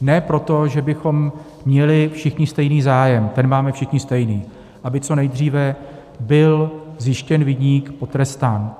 Ne proto, že bychom měli všichni stejný zájem, ten máme všichni stejný aby co nejdříve byl zjištěn viník, potrestán.